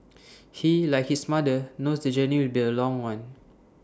he like his mother knows the journey will be A long one